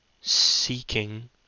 seeking